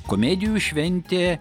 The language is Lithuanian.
komedijų šventė